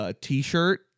t-shirt